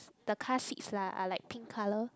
the car seats lah are like pink color